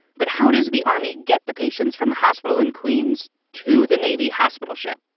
but how does the army get the patients from the hospital in queens to the navy hospital ship?